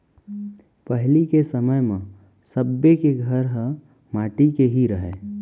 पहिली के समय म सब्बे के घर ह माटी के ही रहय